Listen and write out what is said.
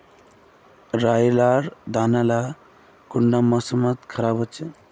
राई लार दाना कुंडा कार मौसम मोत खराब होचए?